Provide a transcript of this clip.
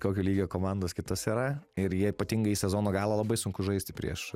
kokio lygio komandos kitos yra ir jie ypatingai sezono galo labai sunku žaisti prieš